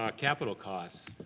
um capital costs,